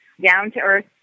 down-to-earth